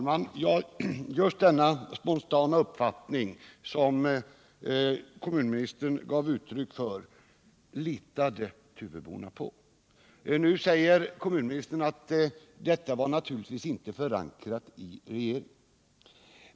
Herr talman! Ja, det var just den spontana uppfattning som kommunministern gav uttryck för som Tuveborna också litade på. Nu säger kommunministern att denna naturligtvis inte var förankrad i regeringen.